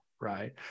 right